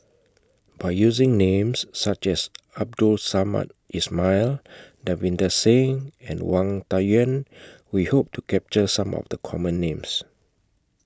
By using Names such as Abdul Samad Ismail Davinder Singh and Wang Dayuan We Hope to capture Some of The Common Names